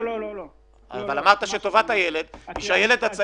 טובת הילד בגילאי